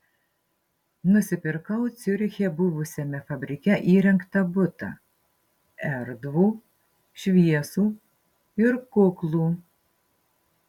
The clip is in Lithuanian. nusipirkau ciuriche buvusiame fabrike įrengtą butą erdvų šviesų ir kuklų